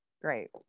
great